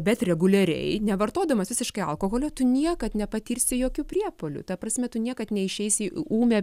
bet reguliariai nevartodamas visiškai alkoholio tu niekad nepatirsi jokių priepuolių ta prasme tu niekad neišeisi į ūmią